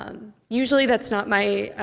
um usually that's not my, ah,